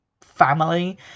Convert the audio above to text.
family